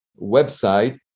website